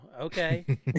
okay